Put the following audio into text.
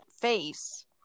face